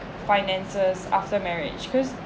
finances after marriage because